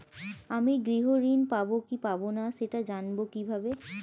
আমি গৃহ ঋণ পাবো কি পাবো না সেটা জানবো কিভাবে?